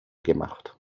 gemacht